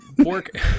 pork